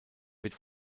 wird